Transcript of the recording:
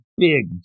Big